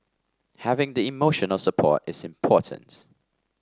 having the emotional support is important